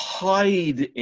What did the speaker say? hide